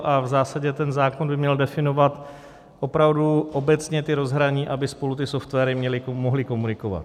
V zásadě ten zákon by měl definovat opravdu obecně ta rozhraní, aby spolu ty softwary mohly komunikovat.